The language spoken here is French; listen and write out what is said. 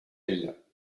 elles